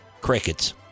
crickets